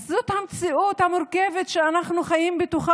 אז זאת המציאות המורכבת שאנחנו חיות בה,